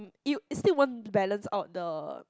it'll it still won't balance out the